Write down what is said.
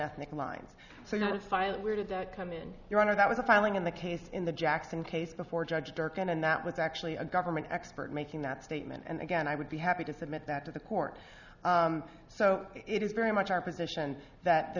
ethnic lines so i was fine where did that come in your honor that was a filing in the case in the jackson case before judge durkin and that was actually a government expert making that statement and again i would be happy to submit that to the court so it is very much our position that the